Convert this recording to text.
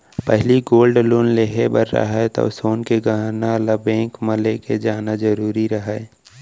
पहिली gold loan लेहे बर रहय तौ सोन के गहना ल बेंक म लेके जाना जरूरी रहय